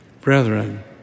Brethren